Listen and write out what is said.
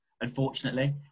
unfortunately